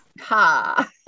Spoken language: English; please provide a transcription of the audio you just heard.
Ha